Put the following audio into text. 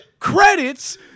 credits